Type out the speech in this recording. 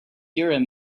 urim